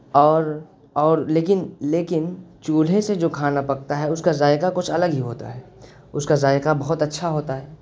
اور اور لیکن لیکن چولھے سے جو کھانا پکتا ہے اس کا ذائقہ کچھ الگ ہی ہوتا ہے اس کا ذائقہ بہت اچھا ہوتا ہے